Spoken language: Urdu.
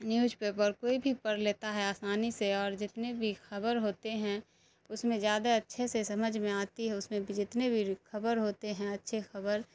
نیوج پیپر کوئی بھی پڑھ لیتا ہے آسانی سے اور جتنے بھی خبر ہوتے ہیں اس میں زیادہ اچھے سے سمجھ میں آتی ہے اس میں بھی جتنے بھی خبر ہوتے ہیں اچھی خبر